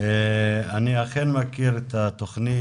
אני אכן מכיר את התוכניות,